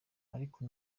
ariko